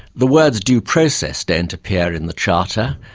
the words due process don't appear in the charter,